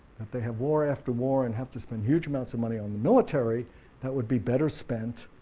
that they have war after war, and have to spend huge amounts of money on the military that would be better spent